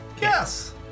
Yes